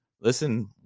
Listen